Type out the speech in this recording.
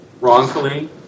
wrongfully